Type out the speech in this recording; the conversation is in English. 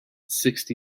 sixty